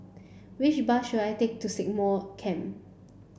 which bus should I take to Stagmont Camp